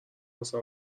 واسه